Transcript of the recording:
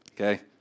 Okay